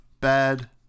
bad